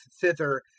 thither